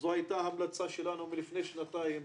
זו הייתה ההמלצה שלנו מלפני שנתיים,